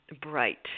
bright